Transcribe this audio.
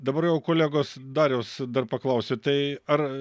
dabar jau kolegos dariaus dar paklausiu tai ar